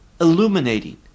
illuminating